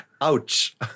Ouch